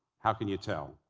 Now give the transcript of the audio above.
how can you tell?